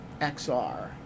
XR